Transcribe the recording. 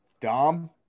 Dom